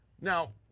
Now